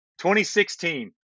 2016